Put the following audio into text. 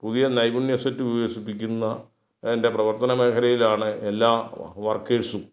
പുതിയ നൈപുണ്യ സെറ്റ് വികസിപ്പിക്കുന്ന അതിൻ്റെ പ്രവർത്തന മേഖലയിലാണ് എല്ലാ വർക്കേഴ്സും